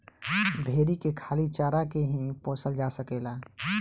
भेरी के खाली चारा के ही पोसल जा सकेला